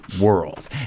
world